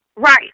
Right